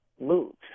moves